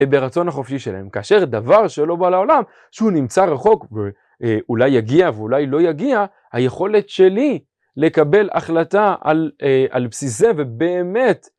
ברצון החופשי שלהם. כאשר דבר שלא בא לעולם, שהוא נמצא רחוק, אולי יגיע ואולי לא יגיע, היכולת שלי לקבל החלטה על בסיסי ובאמת